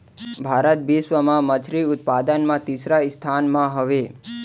भारत बिश्व मा मच्छरी उत्पादन मा तीसरा स्थान मा हवे